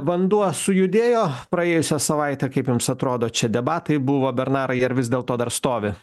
vanduo sujudėjo praėjusią savaitę kaip jums atrodo čia debatai buvo bernarai ar vis dėlto dar stovi